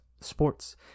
sports